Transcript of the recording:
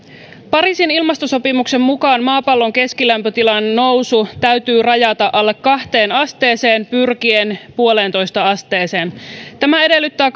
pariisin ilmastosopimuksen mukaan maapallon keskilämpötilan nousu täytyy rajata alle kahteen asteeseen pyrkien yhteen pilkku viiteen asteeseen tämä edellyttää